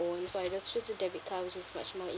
own so I just choose a debit card which is much more